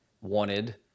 wanted